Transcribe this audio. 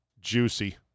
Juicy